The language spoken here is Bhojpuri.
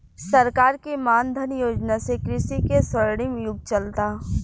सरकार के मान धन योजना से कृषि के स्वर्णिम युग चलता